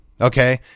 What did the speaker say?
Okay